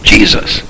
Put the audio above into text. Jesus